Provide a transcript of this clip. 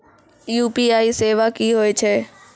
UPI सेवा की होय छै?